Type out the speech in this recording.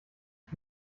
ich